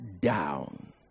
down